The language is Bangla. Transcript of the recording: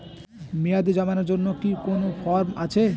মেয়াদী জমানোর জন্য কি কোন ফর্ম আছে?